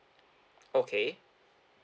okay